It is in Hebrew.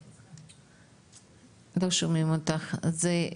בלומנפלד, אני בת 35,